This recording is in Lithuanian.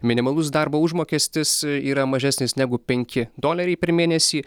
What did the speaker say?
minimalus darbo užmokestis yra mažesnis negu penki doleriai per mėnesį